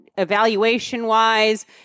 Evaluation-wise